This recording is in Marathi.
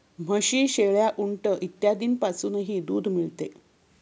म्हशी, शेळ्या, उंट इत्यादींपासूनही दूध मिळते